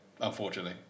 unfortunately